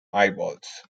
eyeballs